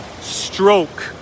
stroke